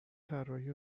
طراحی